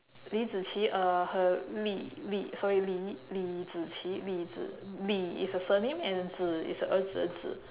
li zi qi uh her li li sorry li li zi qi li zi li is her surname and 子 is 儿子的子